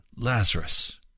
Lazarus